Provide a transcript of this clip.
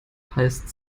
heißt